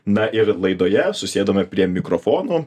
na ir laidoje susėdome prie mikrofono